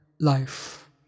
Life